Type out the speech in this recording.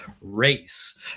race